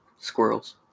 Squirrels